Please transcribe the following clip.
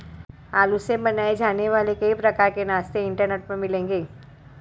आलू से बनाए जाने वाले कई प्रकार के नाश्ते इंटरनेट पर मिलेंगे